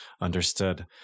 Understood